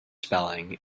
spelling